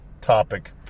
topic